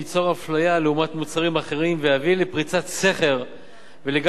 מוצרים אחרים ויביא לפריצת סכר ולגל בקשות מצד סקטורים